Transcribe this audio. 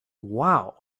wow